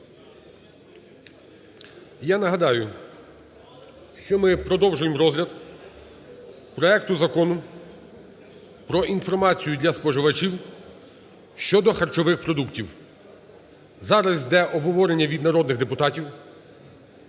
Я нагадаю, що ми продовжуємо розгляд проект Закону про інформацію для споживачів щодо харчових продуктів. Зараз іде обговорення від народних депутатів.